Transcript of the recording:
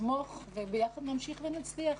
לתמוך וביחד נמשיך ונצליח.